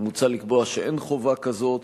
מוצע לקבוע שאין חובה כזאת,